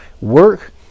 Work